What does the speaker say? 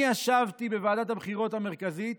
אני ישבתי בוועדת הבחירות המרכזית